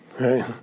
right